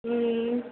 हं